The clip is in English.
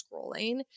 scrolling